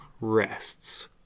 rests